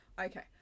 Okay